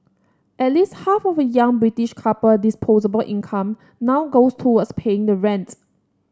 at least half of a young British couple disposable income now goes towards paying rent